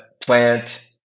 plant